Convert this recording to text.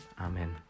Amen